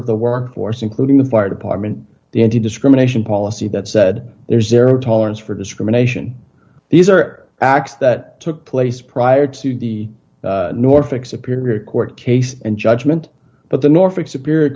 of the workforce including the fire department the antidiscrimination policy that said there's their tolerance for discrimination these are acts that took place prior to the norfolk superior court case and judgment but the norfolk superior